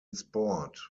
sport